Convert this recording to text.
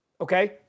Okay